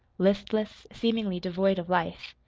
listless, seemingly devoid of life.